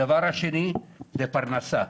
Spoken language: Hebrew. הדבר השני זה פרנסה.